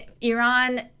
Iran